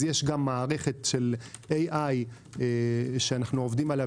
אז יש גם מערכת של AI שאנחנו עובדים עליה,